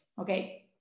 okay